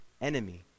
enemy